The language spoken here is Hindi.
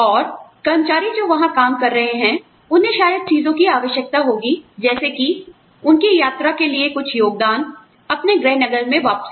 और कर्मचारी जो वहां काम कर रहे हैं उन्हें शायद चीजों की आवश्यकता होगी जैसे कि उनकी यात्रा के लिए कुछ योगदान अपने गृह नगर में वापसी